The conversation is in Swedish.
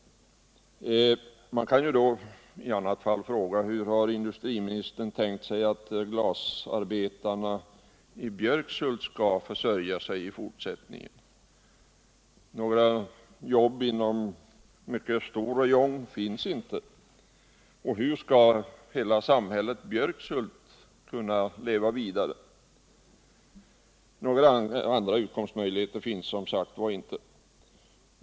Man kan i annat fall fråga: Hur har industriministern tänkt sig att glasarbetarna i Björkshult i fortsättningen skall försörja sig? Några jobb inom en mycket stor räjong finns inte. Hur skall hela samhället Björkshult kunna leva vidare? Några andra utkomstmöjligheter finns som sagt var inte.